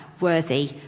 worthy